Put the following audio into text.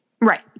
right